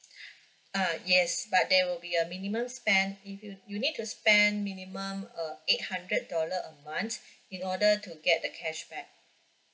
uh yes but there will be a minimum spend if you you need to spend minimum uh eight hundred dollar a month in order to get the cashback